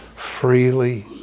Freely